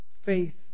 faith